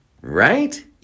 Right